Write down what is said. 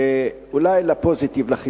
אולי לפוזיטיב, לחיוב,